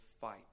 fight